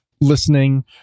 listening